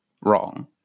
wrong